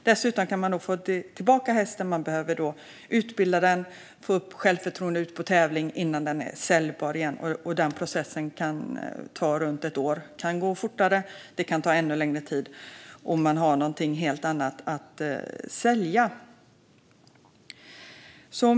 Dessutom kan man få tillbaka hästen. Man behöver då utbilda den, få upp självförtroendet och få ut den på tävling innan den är säljbar igen. Den processen kan ta runt ett år. Det kan gå fortare, men det kan också ta ännu längre tid innan man har något helt annat att sälja.